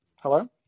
Hello